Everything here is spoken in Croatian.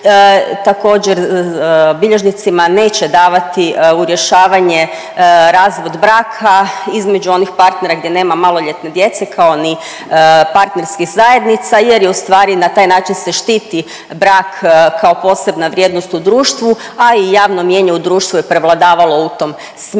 također bilježnicima neće davati u rješavanje razvod braka između onih partnera gdje nema maloljetne djece, kao ni partnerskih zajednica jer je, ustvari na taj način se štiti brak kao posebna vrijednost u društvu, a i javno mijenje u društvu je prevladavalo u tom smjeru.